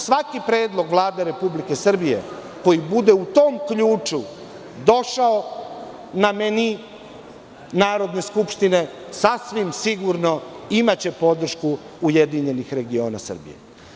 Svaki predlog Vlade Republike Srbije koji bude u tom ključu došao na menй Narodne skupštine, sasvim sigurno, imaće podršku URS.